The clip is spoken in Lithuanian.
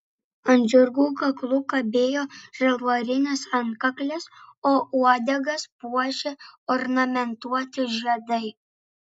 ant žirgų kaklų kabėjo žalvarinės antkaklės o uodegas puošė ornamentuoti žiedai